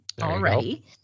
already